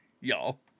Y'all